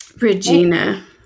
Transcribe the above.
Regina